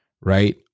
right